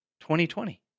2020